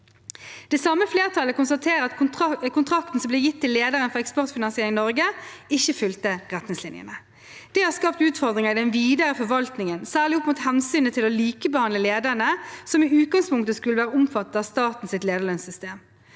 Det samme flertallet konstaterer at kontrakten som ble gitt til lederen for Eksportfinansiering Norge, ikke fulgte retningslinjene. Det har skapt utfordringer i den videre forvaltningen, særlig opp mot hensynet til å likebehandle lederne som i utgangspunktet skulle vært omfattet av statens lederlønnssystem.